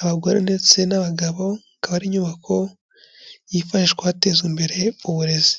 abagore ndetse n'abagabo, akaba ari inyubako yifashishwa hatezwa imbere uburezi.